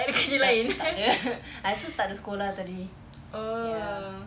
tak takde I also takde sekolah tadi ya